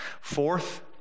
Fourth